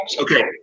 okay